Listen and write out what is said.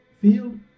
field